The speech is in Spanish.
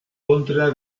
contra